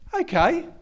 okay